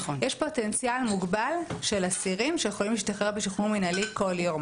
יש פוטנציאל מוגבל של אסירים שיכולים להשתחרר בשחרור מנהלי כל יום.